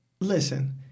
listen